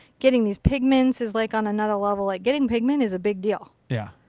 getting these pigments is like on another level. like getting pigment is a big deal. yeah.